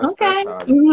okay